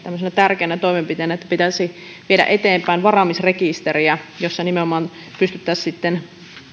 tärkeänä toimenpiteenä että pitäisi viedä eteenpäin varaamisrekisteriä jossa nimenomaan pystyttäisiin